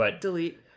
Delete